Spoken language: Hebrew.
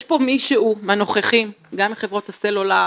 יש פה מישהו מהנוכחים, גם מחברות הסלולר